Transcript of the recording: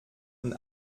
und